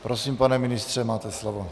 Prosím, pane ministře, máte slovo.